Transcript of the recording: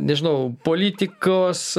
nežinau politikos